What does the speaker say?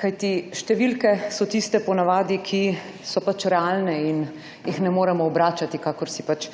Številke so tiste po navadi, ki so realne in jih ne moremo obračati, kakor si pač